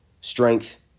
Strength